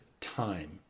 time